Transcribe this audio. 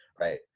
right